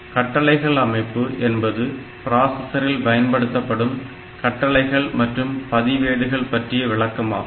கட்டளைகள் அமைப்பு என்பது பிராசஸரில் பயன்படுத்தப்படும் கட்டளைகள் மற்றும் பதிவேடுகள் பற்றிய விளக்கமாகும்